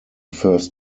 first